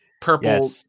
purple